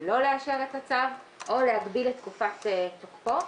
לא לאשר את הצו או להגביל את תקופת תוקפו.